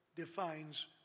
defines